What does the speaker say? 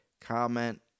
comment